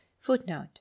Footnote